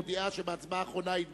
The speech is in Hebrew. מודיעה שבהצבעה האחרונה היא התבלבלה.